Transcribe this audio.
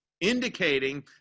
indicating